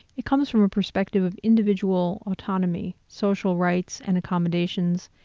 it comes from a perspective of individual autonomy, social rights and accommodations,